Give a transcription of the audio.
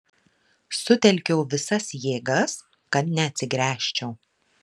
sutelkiau visas jėgas kad neatsigręžčiau